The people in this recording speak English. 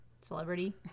celebrity